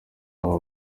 aba